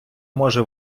може